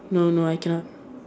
no no I cannot